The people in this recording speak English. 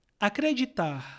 Acreditar